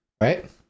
right